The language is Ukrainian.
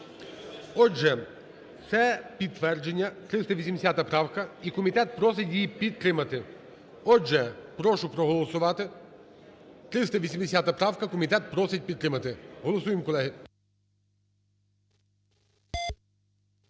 Отже, це підтвердження 380 правка і комітет просить її підтримати. Отже, прошу проголосувати 380 правка комітет просить підтримати, голосуємо колеги.